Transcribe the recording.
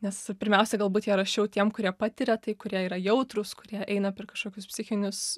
nes pirmiausia galbūt ją rašiau tiem kurie patiria tai kurie yra jautrūs kurie eina per kažkokius psichinius